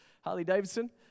Harley-Davidson